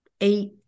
eight